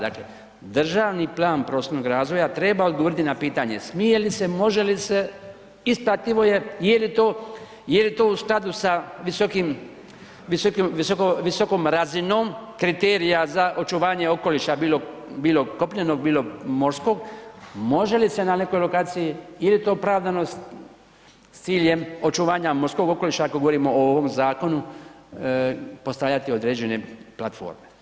Dakle, državni plan prostornog razvoja treba odgovoriti na pitanje, smije li se, može li se, isplativo je, jeli to u skladu s visokom razinom kriterija za očuvanje okoliša bilo kopnenog, bilo morskog, može li se na nekoj lokaciji, jeli to opravdanost s ciljem očuvanja morskog okoliša ako govorimo o ovom zakonu, postavljati određene platforme.